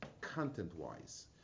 content-wise